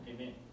Amen